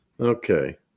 Okay